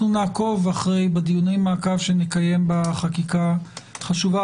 אנחנו נעקוב בדיוני המעקב שנקיים בחקיקה החשובה